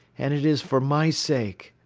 and it is for my sake.